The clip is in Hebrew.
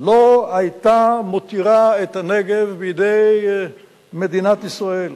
לא היתה מותירה את הנגב בידי מדינת ישראל,